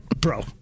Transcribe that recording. Bro